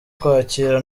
kwakira